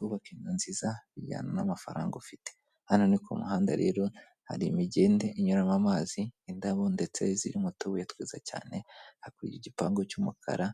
Kubaka inzu nziza bijyana n'amafaranga ufite, hano ni ku muhanda rero hari imigende inyuramo amazi, indabo ndetse zirimo utubuye twiza cyane, hakurya hari igipangu cy'umukara